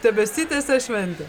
tebesitęsia šventė